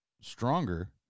stronger